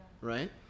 right